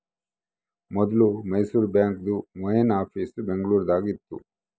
ಮೊದ್ಲು ಮೈಸೂರು ಬಾಂಕ್ದು main office Bengaluru ದಾಗ ಇತ್ತು